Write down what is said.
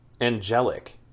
angelic